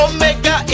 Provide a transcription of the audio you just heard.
Omega